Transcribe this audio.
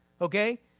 Okay